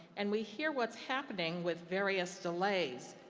and we hear what's happening with various delays.